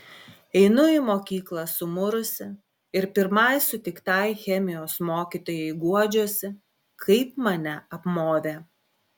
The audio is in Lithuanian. einu į mokyklą sumurusi ir pirmai sutiktai chemijos mokytojai guodžiuosi kaip mane apmovė